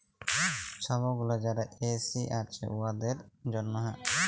ছব গুলা যারা এস.সি আছে উয়াদের জ্যনহে